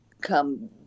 come